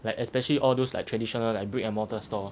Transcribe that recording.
like especially all those like traditional like brick and mortar store